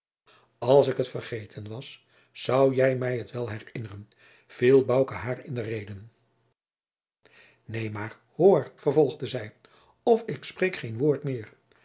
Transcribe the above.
als ik het vergeten was zou jij mij het wel herinneren viel bouke haar in de reden neen maar hoor vervolgde zij of ik spreek geen woord meer